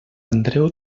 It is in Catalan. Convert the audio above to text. andreu